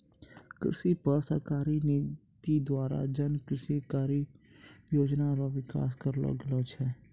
कृषि पर सरकारी नीति द्वारा जन कृषि कारी योजना रो विकास करलो गेलो छै